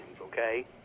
okay